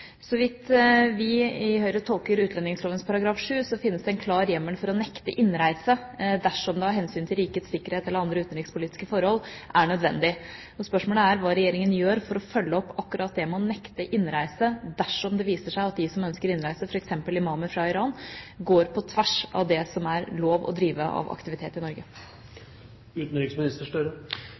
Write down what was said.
Så vidt vi i Høyre tolker utlendingsloven § 7, finnes det en klar hjemmel for å nekte innreise dersom det av hensyn til rikets sikkerhet eller andre utenrikspolitiske forhold er nødvendig. Spørsmålet er: Hva gjør regjeringen for å følge opp akkurat det med å nekte innreise, dersom det viser seg at de som ønsker innreise, f.eks. imamer fra Iran, går på tvers av den aktiviteten som det er lov å drive i Norge?